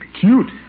Cute